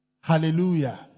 Hallelujah